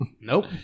Nope